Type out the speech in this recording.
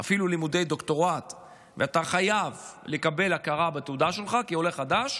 אפילו ללימודי דוקטורט ואתה חייב לקבל הכרה בתעודה שלך כעולה חדש,